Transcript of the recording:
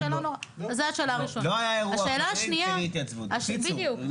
לא היה אירוע חריג של אי התייצבות, בקיצור.